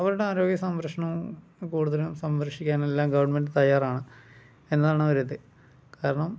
അവരുടെ ആരോഗ്യ സംരക്ഷണം കൂടുതലും സംരക്ഷിക്കാൻ എല്ലാം ഗവൺമെൻറ് തയ്യാറാണ് എന്നാണ് അവര ഇത് കാരണം